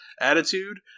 attitude